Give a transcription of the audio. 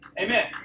Amen